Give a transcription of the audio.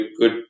good